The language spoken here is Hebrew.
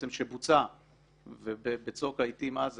שבוצע בצוק העיתים אז,